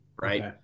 Right